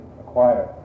acquire